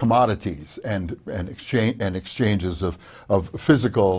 commodities and and exchange and exchanges of of physical